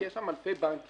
כי יש שם אלפי בנקים.